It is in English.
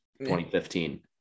2015